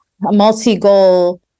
multi-goal